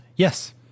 Yes